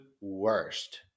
worst